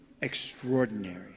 extraordinary